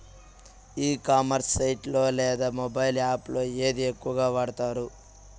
E commerce site లో లేదా mobile app లో ఏది ఎక్కువగా వాడుతారు?